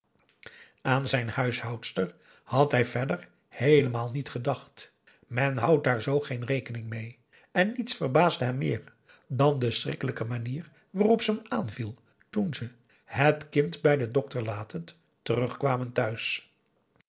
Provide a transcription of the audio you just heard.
aan zijn huishoudster had hij verder heelemaal niet gedacht men houdt daar zoo geen rekening mee en niets verbaasde hem meer dan de schrikkelijke manier waarop ze hem aanviel toen ze het kind bij den dokter latend terugkwamen thuis